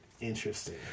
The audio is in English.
Interesting